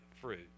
fruit